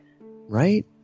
Right